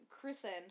christened